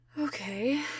Okay